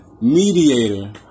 mediator